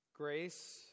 Grace